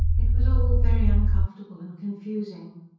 it was all very uncomfortable and confusing.